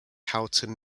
houghton